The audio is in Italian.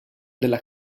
della